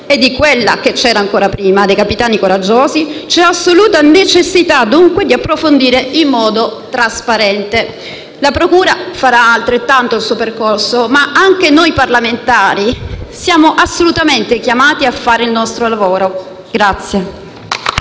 e di quella che c'era ancora prima dei capitani coraggiosi, c'è assoluta necessità dunque di approfondire in modo trasparente. La procura farà altrettanto il suo percorso, ma anche noi parlamentari siamo assolutamente chiamati a fare il nostro lavoro.